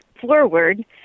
forward